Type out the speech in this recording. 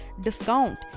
discount